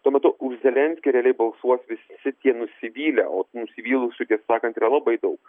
tuo metu už zelenskį realiai balsuos visi šitie nusivylę o tų nusivylusių kaip sakant yra labai daug